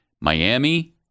Miami